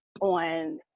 on